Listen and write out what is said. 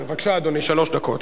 בבקשה, אדוני, שלוש דקות.